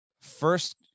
first